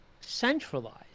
centralized